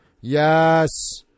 Yes